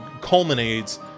culminates